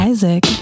Isaac